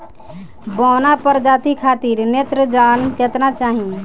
बौना प्रजाति खातिर नेत्रजन केतना चाही?